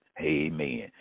Amen